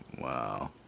Wow